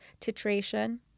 titration